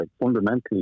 Fundamentally